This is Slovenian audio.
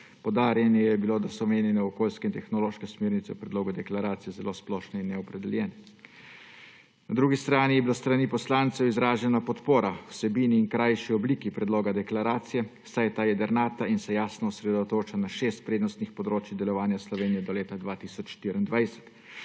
Poudarjeno je bilo, da so omenjene okoljske in tehnološke smernice v predlogu deklaracije zelo splošne in neopredeljene. Na drugi strani je bila s strani poslancev izražena podpora vsebini in krajši obliki predloga deklaracije, saj je ta jedrnata in se jasno osredotoča na šest prednostnih področij delovanja Slovenije do leta 2024.